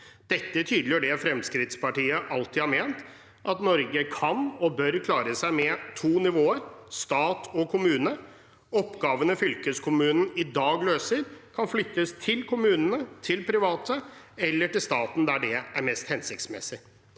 Dette tydeliggjør det Fremskrittspartiet alltid har ment: at Norge kan og bør klare seg med to nivåer, stat og kommune. Oppgavene fylkeskommunen i dag løser, kan flyttes til kommunene, til private eller til staten, der det er mest hensiktsmessig.